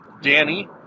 Danny